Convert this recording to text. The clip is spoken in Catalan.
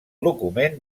document